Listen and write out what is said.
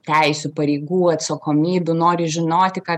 teisių pareigų atsakomybių nori žinoti ką